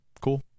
cool